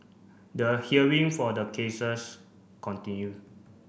the hearing for the cases continue